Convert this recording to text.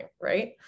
Right